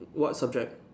what subject